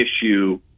issue